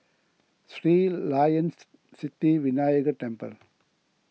Sri Layan's Sithi Vinayagar Temple